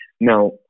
Now